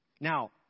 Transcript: Now